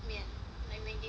like Maggie mee kind